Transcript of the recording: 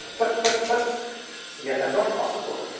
but but, but yes that's right, off the floor.